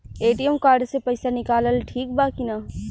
ATM card से पईसा निकालल ठीक बा की ना?